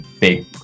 big